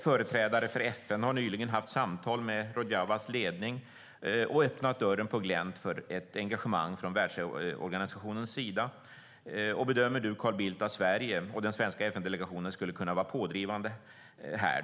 Företrädare för FN har nyligen haft samtal med Rojavas ledning och öppnat dörren på glänt för ett engagemang från världsorganisationens sida. Bedömer Carl Bildt att Sverige och den svenska FN-delegationen skulle kunna vara pådrivande här?